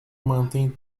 mantém